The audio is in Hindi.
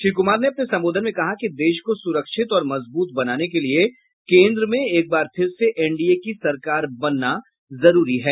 श्री कमार ने अपने संबोधन में कहा कि देश को सुरक्षित और मजबूत बनाने के लिए केन्द्र में एक बार फिर से एनडीए की सरकार बनना जरूरी है